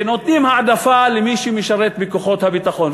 שנותנים העדפה למי שמשרת בכוחות הביטחון,